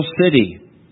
city